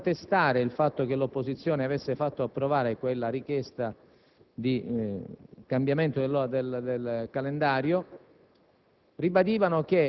quasi a contestare il fatto che l'opposizione avesse fatto approvare quella richiesta di cambiamento del calendario,